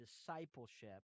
discipleship